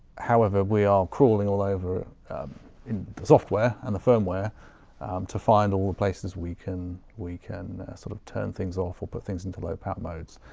however, we are crawling all over software and the firmware to find all the places we can we can sort of turn things off or put things into low power modes.